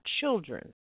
children